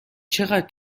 چقدر